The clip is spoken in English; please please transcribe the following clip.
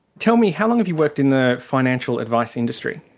tell me, how long have you worked in the financial advice industry?